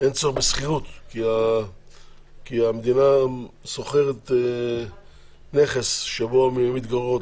אין צורך בשכירות כי המדינה שוכרת נכס שבו הן מתגוררות,